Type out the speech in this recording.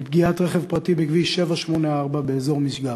מפגיעת רכב פרטי בכביש 784 באזור משגב.